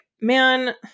man